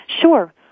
Sure